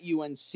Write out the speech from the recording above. UNC